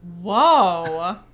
whoa